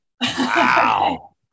Wow